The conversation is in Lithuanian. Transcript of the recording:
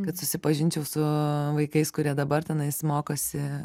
kad susipažinčiau su vaikais kurie dabar tenais mokosi